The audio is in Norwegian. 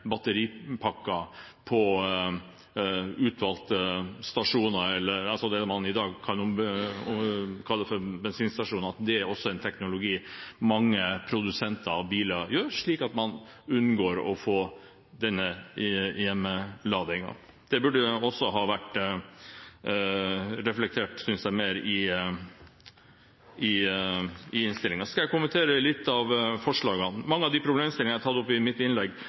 på utvalgte bensinstasjoner. Det er også en teknologi mange produsenter av biler utreder, slik at man unngår denne hjemmeladingen. Det burde også ha vært reflektert mer i innstillingen. Jeg skal kommentere noen av forslagene. Mange av de problemstillingene jeg har tatt opp i mitt innlegg,